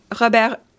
Robert